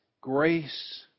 Grace